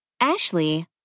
Ashley